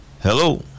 Hello